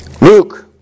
Luke